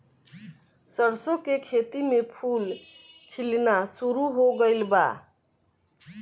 सरसों के खेत में फूल खिलना शुरू हो गइल बा